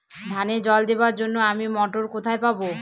ধানে জল দেবার জন্য আমি মটর কোথায় পাবো?